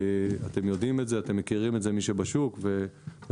אתם יודעים את זה, מי שנמצא בשוק מכיר את זה.